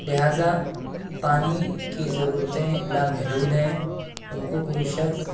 لہذا پانی کی ضرورتیں لامحدود ہیں ان کو کوئی شخص